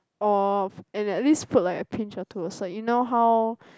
of and at least put like a pinch or two so you know how